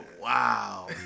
Wow